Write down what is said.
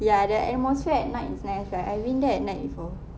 ya the atmosphere at night is nice I I've been there at night before